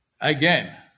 Again